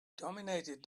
dominated